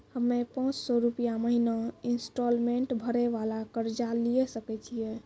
हम्मय पांच सौ रुपिया महीना इंस्टॉलमेंट भरे वाला कर्जा लिये सकय छियै?